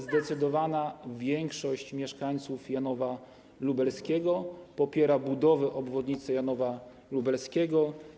Zdecydowana większość mieszkańców Janowa Lubelskiego popiera budowę obwodnicy Janowa Lubelskiego.